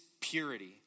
purity